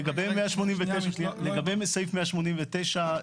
לגבי סעיף 189,